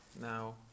Now